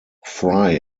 fry